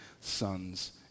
sons